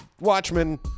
Watchmen